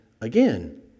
again